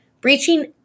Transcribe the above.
breaching